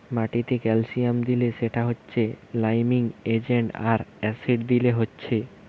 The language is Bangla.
মাটিতে ক্যালসিয়াম দিলে সেটা হচ্ছে লাইমিং এজেন্ট আর অ্যাসিড দিলে হচ্ছে